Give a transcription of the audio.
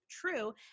true